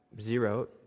zero